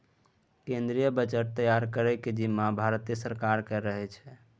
केंद्रीय बजट तैयार करबाक जिम्माँ भारते सरकारक रहै छै